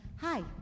hi